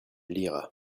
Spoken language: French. lira